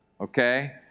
okay